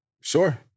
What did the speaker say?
Sure